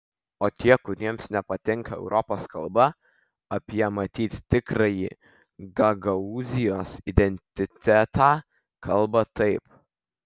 o tie kuriems nepatinka europos kalba apie matyt tikrąjį gagaūzijos identitetą kalba taip